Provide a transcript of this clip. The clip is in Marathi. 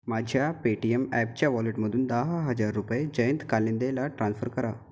माझ्या पेटीएम ॲपच्या वॉलेटमधून दहा हजार रुपये जयंत कालिंदेला ट्रान्स्फर करा